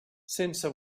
sense